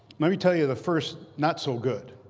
let me tell you the first not so good.